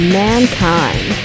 mankind